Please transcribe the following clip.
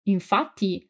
Infatti